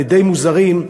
די מוזרים.